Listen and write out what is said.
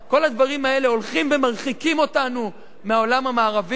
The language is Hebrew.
כל הדברים האלה הולכים ומרחיקים אותנו מהעולם המערבי,